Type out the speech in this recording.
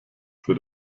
für